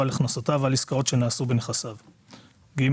על הכנסותיו ועל עסקאות שנעשו בנכסיו,"; (ג)